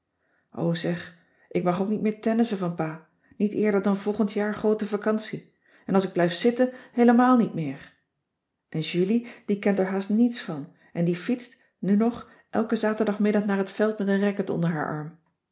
zeg ik mag ook niet meer tennissen van pa niet eerder dan volgend jaar groote vacantie en als ik blijf zitten heelemaal niet meer en julie die kent er haast niets van en die fietst nu nog elken zaterdagmiddag cissy van marxveldt de h b s tijd van joop ter heul naar het veld met een racket onder haar arm